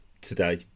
today